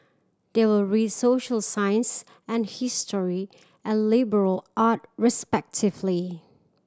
they will read social science and history and liberal art respectively